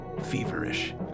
Feverish